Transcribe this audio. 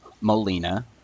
Molina